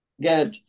Good